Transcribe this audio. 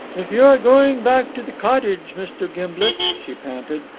if you are going back to the cottage, mr. gimblet, she panted,